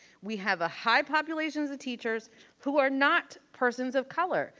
we have a high populations of teachers who are not persons of color.